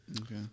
Okay